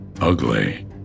ugly